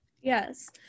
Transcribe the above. Yes